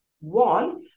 one